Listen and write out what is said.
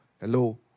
Hello